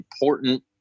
important